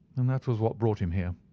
and that was what brought him here.